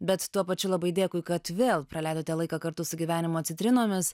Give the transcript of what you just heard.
bet tuo pačiu labai dėkui kad vėl praleidote laiką kartu su gyvenimo citrinomis